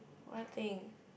one thing